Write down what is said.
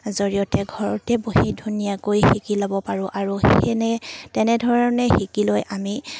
জৰিয়তে ঘৰতে বহি ধুনীয়াকৈ শিকি ল'ব পাৰোঁ আৰু সেনে তেনেধৰণে শিকি লৈ আমি